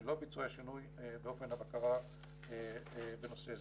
ולא בוצע שינוי באופן הבקרה בנושא הזה.